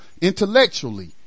intellectually